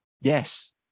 Yes